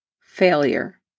failure